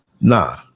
nah